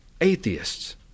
atheists